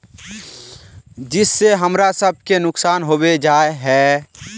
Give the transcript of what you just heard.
जिस से हमरा सब के नुकसान होबे जाय है?